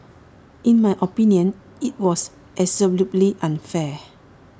in my opinion IT was absolutely unfair